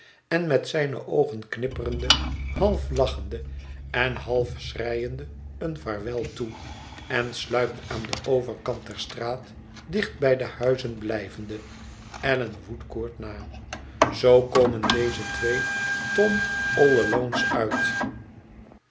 en met zijne oogen knippende half lachende en half schreiende een vaarwel toe en sluipt aan den overkant der straat dicht bij de huizen blijvende allan woodcourt na zoo komen deze twee tom all alone's uit